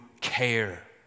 care